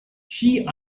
she